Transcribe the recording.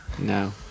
no